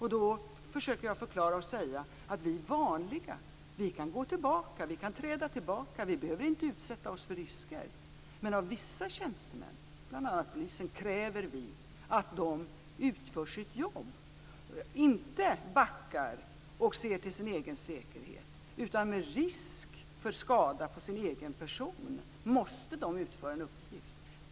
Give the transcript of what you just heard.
Jag försöker då förklara att vi vanliga kan träda tillbaka och behöver inte utsätta oss för risker, men av vissa tjänstemän, bl.a. polisen, kräver vi att de utför sitt jobb, inte backar och ser till sin egen säkerhet. Med risk för skada på sin egen person måste de utföra en uppgift.